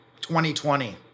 2020